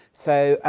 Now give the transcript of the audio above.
so,